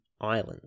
island